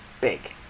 Big